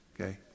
okay